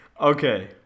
Okay